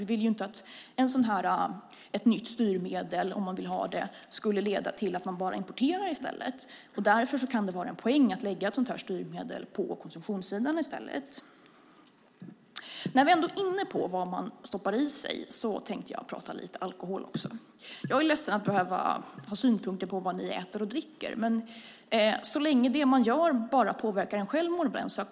Vi vill inte att ett nytt styrmedel som man vill ha ska leda till att man bara importerar i stället. Därför kan det vara en poäng att lägga ett sådant styrmedel på konsumtionssidan i stället. När vi ändå är inne på vad man stoppar i sig tänkte jag tala lite grann om alkohol också. Jag är ledsen över att behöva ha synpunkter på vad ni äter och dricker, men så länge det som man gör bara påverkar en själv är det en sak.